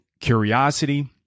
curiosity